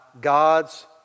God's